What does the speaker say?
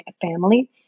family